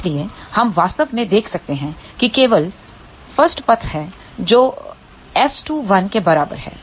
इसलिए हम वास्तव में देख सकते हैं कि केवल 1 पथ है जो S21 के बराबर है